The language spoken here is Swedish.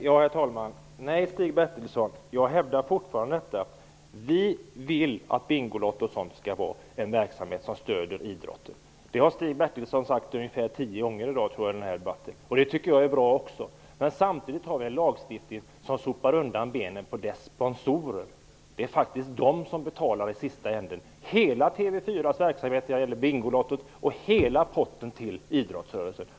Herr talman! Nej, Stig Bertilsson. Jag hävdar fortfarande detta. Att Bingolotto skall vara en verksamhet som stöder idrotten har Stig Bertilsson sagt ungefär tio gånger i dag i den här debatten. Det tycker jag också är bra. Men vi har samtidigt en lagstiftning som sopar undan benen på dess sponsorer. Det är faktiskt de som i sista ändan betalar hela TV4:s verksamhet när det gäller Bingolotto, och hela potten till idrottsrörelsen.